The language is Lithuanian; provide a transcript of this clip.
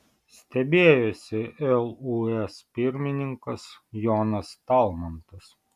stebėjosi lūs pirmininkas jonas talmantas